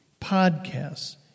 podcasts